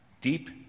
Deep